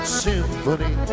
symphony